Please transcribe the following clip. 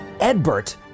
Edbert